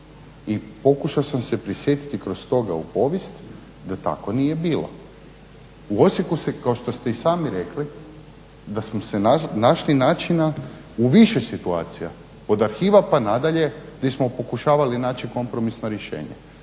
I pokušao sam se prisjetiti kroz toga u povijest da tako nije bilo. U Osijeku se kao što ste i sami rekli da smo se našli načina u više situacija od arhiva pa nadalje gdje smo pokušavali naći kompromisno rješenje